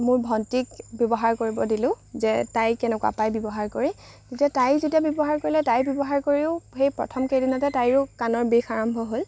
মোৰ ভন্টিক ব্যৱহাৰ কৰিব দিলো যে তাই কেনেকুৱা পায় ব্যৱহাৰ কৰে যেতিয়া তাই যেতিয়া ব্যৱহাৰ কৰিলে তাই ব্যৱহাৰ কৰিও সেই প্ৰথম কেইদিনতে তাইৰো কাণৰ বিষ আৰম্ভ হ'ল